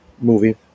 movie